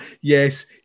yes